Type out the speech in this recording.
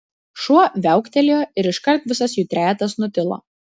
šuo viauktelėjo ir iškart visas jų trejetas nutilo